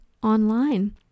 online